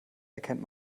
erkennt